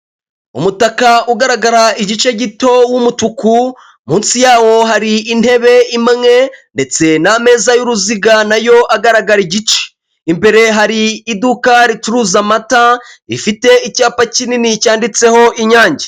Umutaka ugaragara igice gito w'umutuku munsi yawo hari intebe imwe ndetse n'ameza y'uruziga nayo agaragara igice, imbere hari iduka ricuruza amata rifite icyapa kinini cyanditseho inyange.